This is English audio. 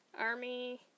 Army